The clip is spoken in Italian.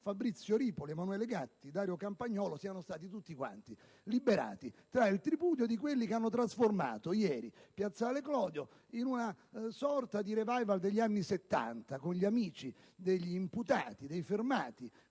Fabrizio Ripoli, Emanuele Gatti, Dario Campagnolo siano stati tutti liberati, tra il tripudio di quelli che hanno trasformato ieri piazzale Clodio in una sorta di *revival* degli anni '70, con gli amici degli imputati e dei fermati,